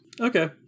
Okay